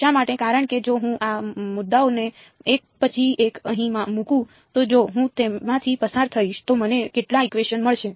શા માટે કારણ કે જો હું આ મુદ્દાઓને એક પછી એક અહીં મૂકું તો જો હું તેમાંથી પસાર થઈશ તો મને કેટલા ઇકવેશન મળશે